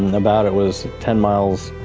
and about it was ten miles,